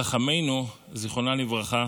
חכמינו זיכרונם לברכה